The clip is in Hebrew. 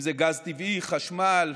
אם זה גז טבעי, חשמל,